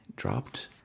dropped